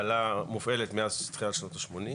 מופעלת מאז תחילת שנות ה-80,